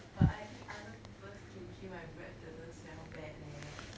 but I eat other people's kimchi my breath doesn't smell bad leh